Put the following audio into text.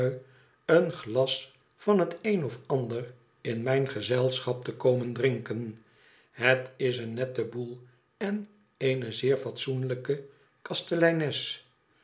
een glas van het een of ander in mijn gezelschap te komen drinken het is een nette boel en eene zeer fatsoenlijke